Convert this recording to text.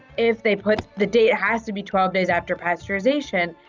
if they put the date has to be twelve days after pasteurization,